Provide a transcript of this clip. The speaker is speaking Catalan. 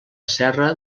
serra